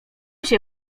się